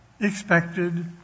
expected